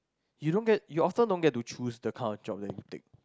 you don't get you often don't get to choose the kind of job that you take